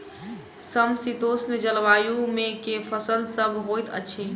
समशीतोष्ण जलवायु मे केँ फसल सब होइत अछि?